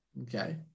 okay